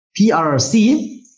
PRC